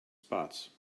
spots